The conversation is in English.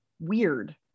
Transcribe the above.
weird